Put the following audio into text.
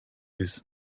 this